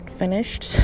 finished